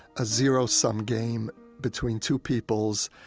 a zero-sum game between two peoples,